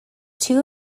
two